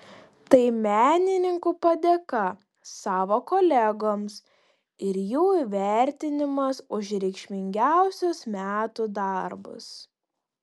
tai menininkų padėka savo kolegoms ir jų įvertinimas už reikšmingiausius metų darbus